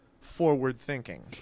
forward-thinking